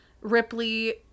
ripley